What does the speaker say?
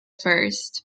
first